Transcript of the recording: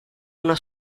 una